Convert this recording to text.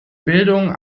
bildung